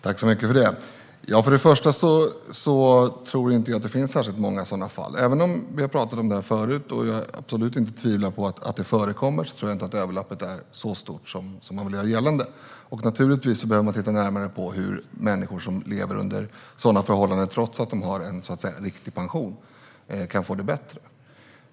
Herr talman! Först och främst tror jag inte att det finns särskilt många sådana fall. Vi har pratat om detta förut, och jag tvivlar absolut inte på att det förekommer. Men jag tror inte att överlappningen är så stor som man vill göra gällande. Naturligtvis behöver man titta närmare på hur människor som lever under sådana förhållanden, trots att de så att säga har en riktig pension, kan få det bättre.